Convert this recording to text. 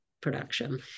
production